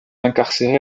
incarcéré